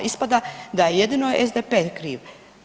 Ispada da je jedino SDP kriv.